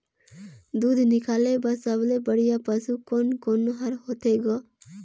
दूध निकाले बर सबले बढ़िया पशु कोन कोन हर होथे ग?